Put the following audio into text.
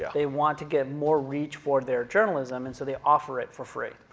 yeah they want to get more reach for their journalism, and so they offer it for free.